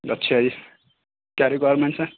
اچھا جی کیا ریکوائرمنٹس ہیں